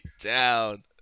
down